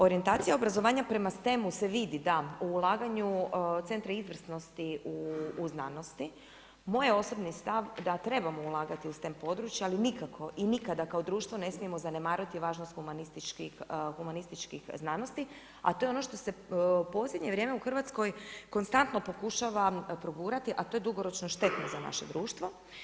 Orijentacija obrazovanja prema STEM-u se vidi, da, ulaganju centra izvornosti u znanosti, moj je osobni stav da trebamo ulagati u STEM područja ali nikako i nikada kao društva ne smijemo zanemariti važnost humanističkih znanosti, a to je ono što se u posljednje vrijeme u Hrvatskoj konstantno pokušava progurati, a to je dugoročno štetno za naše društvo.